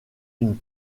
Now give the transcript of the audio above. une